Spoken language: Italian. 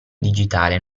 digitale